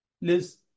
Liz